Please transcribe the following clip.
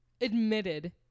admitted